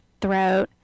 throat